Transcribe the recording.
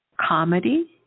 comedy